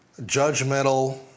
judgmental